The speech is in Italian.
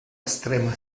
estrema